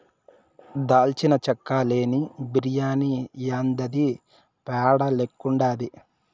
దాల్చిన చెక్క లేని బిర్యాని యాందిది పేడ లెక్కుండాది